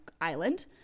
Island